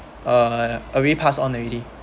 uh already pass on already